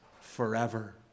forever